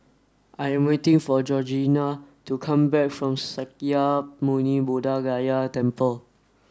I am waiting for Georgianna to come back from Sakya Muni Buddha Gaya Temple